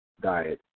diet